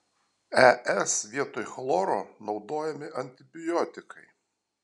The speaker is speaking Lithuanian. es vietoj chloro naudojami antibiotikai